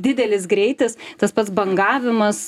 didelis greitis tas pats bangavimas